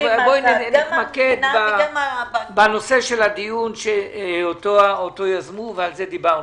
- בואי נתמקד בנושא של הדיון שאותו יזמו ועל זה דיברנו.